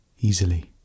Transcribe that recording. easily